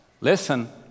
Listen